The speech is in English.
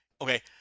Okay